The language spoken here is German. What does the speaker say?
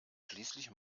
schließlich